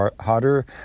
hotter